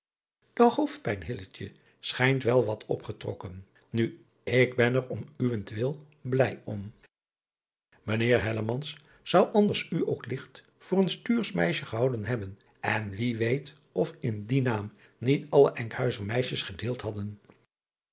e hoofdpijn schijnt wel wat opgetrokken u ik ben er om uwentwil blij om ijnheer zou anders u ook ligt voor een stuursch meisje gehouden hebben en wie weet of in dien naam niet alle nkhuizer meisjes gedeeld hadden